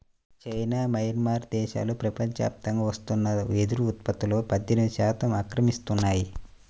China, Myanmar దేశాలు ప్రపంచవ్యాప్తంగా వస్తున్న వెదురు ఉత్పత్తులో పద్దెనిమిది శాతం ఆక్రమిస్తున్నాయి